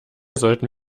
sollten